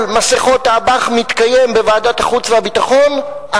מסכות האב"כ מתקיים בוועדת החוץ והביטחון,